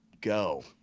go